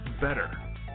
better